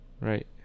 right